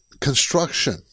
Construction